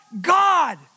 God